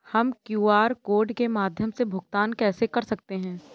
हम QR code के माध्यम से भुगतान कैसे कर सकते हैं?